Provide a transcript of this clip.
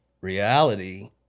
reality